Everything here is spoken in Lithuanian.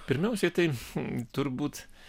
pirmiausiai tai turbūt